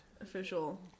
Official